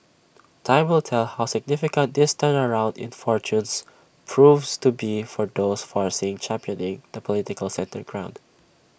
time will tell how significant this turnaround in fortunes proves to be for those forcing championing the political centre in ground